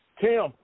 Tim